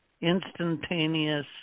Instantaneous